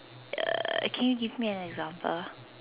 uh can you give me an example